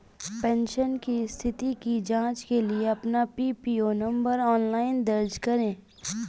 pension की स्थिति की जांच के लिए अपना पीपीओ नंबर ऑनलाइन दर्ज करें